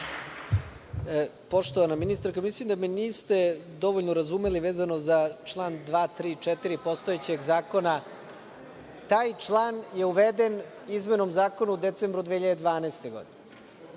Poštovana ministarko, mislim da me niste dovoljno razumeli vezano za član 2, 3, 4. postojećeg zakona. Taj član je uveden izmenom zakona u decembru 2012. godine.